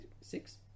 six